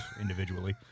individually